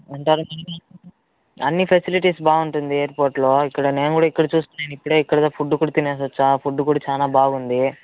అంటారుకానీ అన్ని ఫెసిలిటీస్ బాగుంటుంది ఎయిర్పోర్ట్లో ఇక్కడ నేను కూడా ఇక్కడ చూసి నేను ఇప్పుడే ఇక్కడ తినేసొచ్చాను ఫుడ్ కూడా చాలా బాగుంది